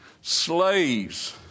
Slaves